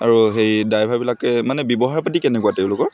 আৰু সেই ড্ৰাইভাৰবিলাকে মানে ব্যৱহাৰ পাতি কেনেকুৱা তেওঁলোকৰ